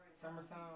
Summertime